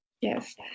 Yes